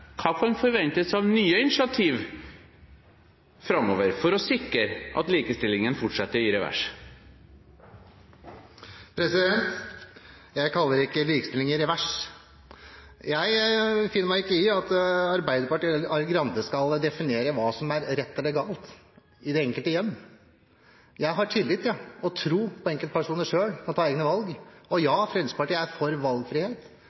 Hva kan forventes av nye initiativ framover for å sikre at likestillingen fortsetter i revers? Jeg kaller det ikke likestilling i revers. Jeg finner meg ikke i at Arbeiderpartiet eller Arild Grande skal definere hva som er rett eller galt i det enkelte hjem. Jeg har tillit til og tro på at enkeltpersoner selv kan ta egne valg. Ja, Fremskrittspartiet er for valgfrihet.